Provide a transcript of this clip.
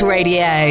Radio